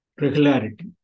regularity